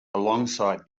alongside